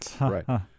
Right